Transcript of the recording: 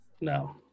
No